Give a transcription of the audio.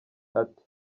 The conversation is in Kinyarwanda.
ati